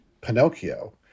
Pinocchio